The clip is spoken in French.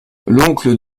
l’oncle